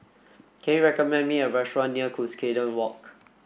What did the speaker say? can you recommend me a restaurant near Cuscaden Walk